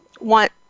want